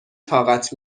طاقت